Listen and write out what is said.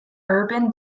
urban